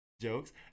jokes